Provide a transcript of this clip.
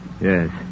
Yes